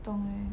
不懂诶